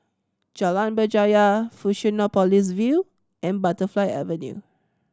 Jalan Berjaya Fusionopolis View and Butterfly Avenue